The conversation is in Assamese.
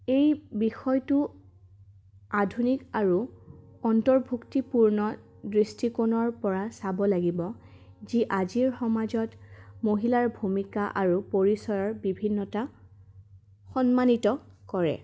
এই বিষয়টো আধুনিক আৰু অন্তৰ্ভুক্তিপূৰ্ণ দৃষ্টিকোণৰপৰা চাব লাগিব যি আজিৰ সমাজত মহিলাৰ ভূমিকা আৰু পৰিচয়ৰ বিভিন্নতা সন্মানিত কৰে